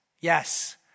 yes